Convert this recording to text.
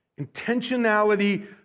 intentionality